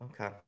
Okay